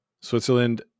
Switzerland